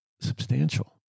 substantial